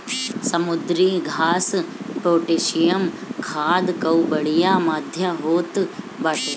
समुद्री घास पोटैशियम खाद कअ बढ़िया माध्यम होत बाटे